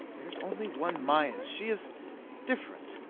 there's only one mayis. she is different.